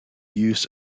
use